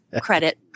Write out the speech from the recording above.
credit